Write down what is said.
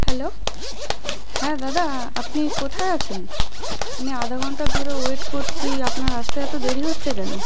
hello হ্যাঁ দাদা আপনি কোথায় আছেন আমি আধা ঘন্টা ধরে ওয়েট করছি আপনার আসতে এতো দেরি হচ্ছে কেন